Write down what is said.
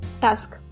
task